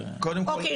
קודם כל--- אוקיי,